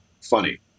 funny